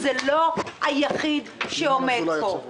זה לא היחיד שעומד פה,